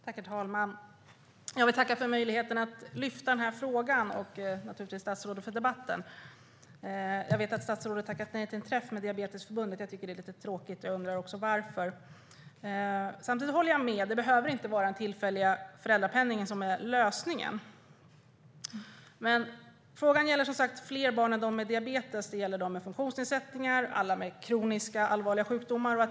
Herr talman! Jag vill tacka för möjligheten att lyfta upp frågan. Och jag vill naturligtvis tacka statsrådet för debatten. Jag vet att statsrådet har tackat nej till en träff med Diabetesförbundet. Det är lite tråkigt. Jag undrar varför. Jag håller samtidigt med om att det inte behöver vara den tillfälliga föräldrapenningen som är lösningen. Men frågan gäller som sagt fler barn än dem med diabetes. Det gäller dem med funktionsnedsättningar, alla med kroniska allvarliga sjukdomar.